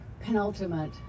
penultimate